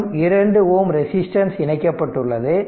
மற்றும் 2 Ω ரெசிஸ்டன்ஸ் இணைக்கப்பட்டுள்ளது